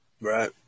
right